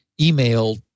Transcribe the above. email